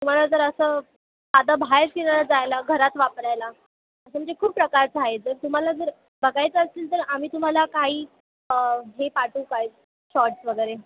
तुम्हाला जर असं आता बाहेर फिरायला जायला घरात वापरायला असे म्हणजे खूप प्रकार आहेत जर तुम्हाला जर बघायचं असेल तर आम्ही तुम्हाला काही हे पाठवू काय शॉट्स वगैरे